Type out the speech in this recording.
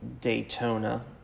Daytona